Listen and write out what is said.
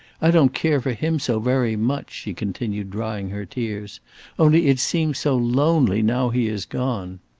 i don't care for him so very much, she continued, drying her tears only it seems so lonely now he is gone.